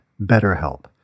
BetterHelp